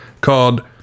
called